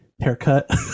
haircut